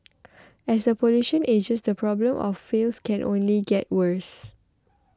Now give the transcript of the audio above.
as the population ages the problem of falls can only get worse